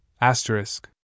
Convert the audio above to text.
asterisk